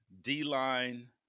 D-line